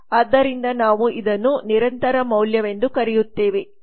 ಆದ್ದರಿಂದ ನಾವು ಇದನ್ನು ನಿರಂತರ ಮೌಲ್ಯವೆಂದು ಕರೆಯುತ್ತೇವೆ